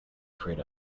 afraid